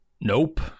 Nope